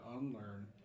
unlearn